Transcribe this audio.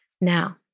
Now